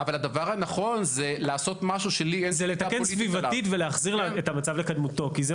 זה לתקן סביבתית ולהחזיר את המצב לקדמותו כי זה